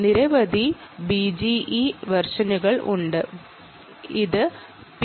നിരവധി ബിജിഇ വെർഷനുകൾ നിലവിലുണ്ട്